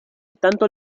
tanto